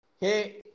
Hey